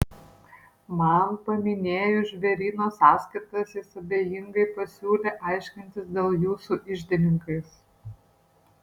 man paminėjus žvėryno sąskaitas jis abejingai pasiūlė aiškintis dėl jų su iždininkais